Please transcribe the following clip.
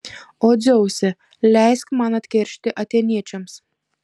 o dzeuse leisk man atkeršyti atėniečiams